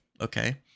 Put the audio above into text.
okay